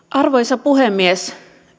arvoisa puhemies